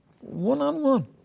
one-on-one